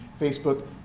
Facebook